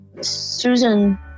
Susan